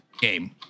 game